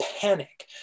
panic